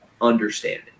understanding